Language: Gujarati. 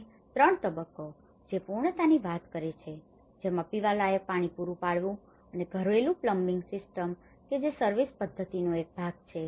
અને ત્રણ તબક્કો જે પૂર્ણતાની વાત કરે છે જેમાં પીવાલાયક પાણી પૂરું પાડવું અને ઘરેલુ પ્લમ્બિંગ સિસ્ટમ્સ કે જે સર્વિસ પદ્ધતિનો એક ભાગ છે